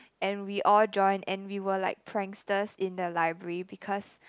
and we all join and we were like pranksters in the library because